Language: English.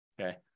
okay